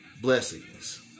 blessings